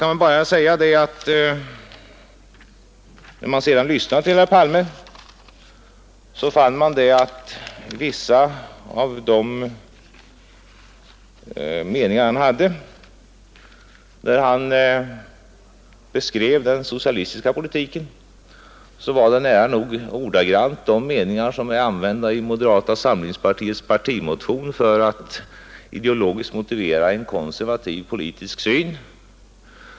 När man lyssnade till herr Palme fann man att vissa av de meningar med vilka han beskrev den socialistiska politiken var nära nog ordagrant de meningar som är använda i moderata samlingspartiets partimotion för att ideologiskt motivera en konservativ politisk syn.